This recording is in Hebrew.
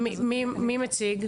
מי מציג?